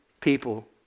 people